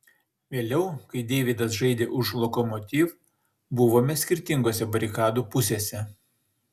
vėliau kai deividas žaidė už lokomotiv buvome skirtingose barikadų pusėse